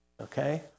okay